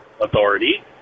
authority